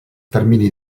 termini